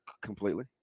Completely